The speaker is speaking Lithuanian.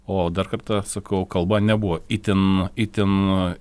o dar kartą sakau kalba nebuvo itin itin